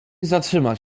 zatrzymać